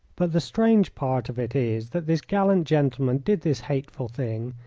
but the strange part of it is that this gallant gentleman did this hateful thing,